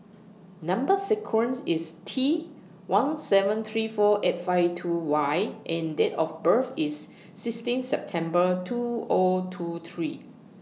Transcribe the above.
Number sequence IS T one seven three four eight five two Y and Date of birth IS sixteen September two O two three